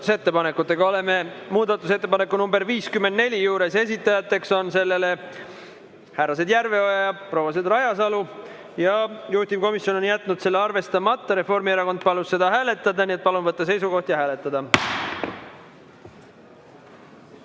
muudatusettepanekutega. Oleme muudatusettepaneku nr 54 juures, selle esitajad on härrased Järveoja ja prouased Rajasalu. Juhtivkomisjon on jätnud selle arvestamata. Reformierakond palus seda hääletada, nii et palun võtta seisukoht ja hääletada!